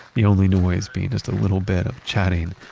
the only noise being just a little bit of chatting,